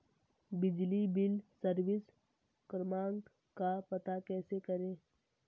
बिजली bill service क्रमांक का पता कैसे करें?